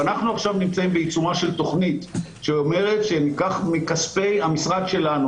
אנחנו עכשיו נמצאים בעיצומה של תכנית שאומרת שניקח מכספי המשרד שלנו,